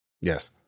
yes